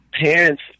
Parents